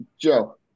Joe